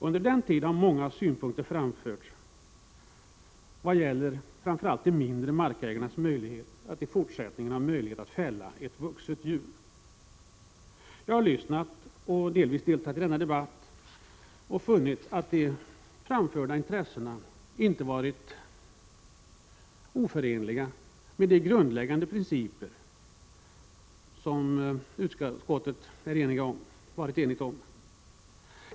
Under den tiden har många synpunkter framförts, framför allt vad gäller de mindre markägarnas möjlighet att i fortsättningen fälla vuxet djur. Jag har lyssnat på och delvis deltagit i denna debatt och funnit att de framförda intressena inte varit oförenliga med de grundläggande principer som utskottet varit enigt om.